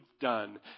done